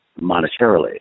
monetarily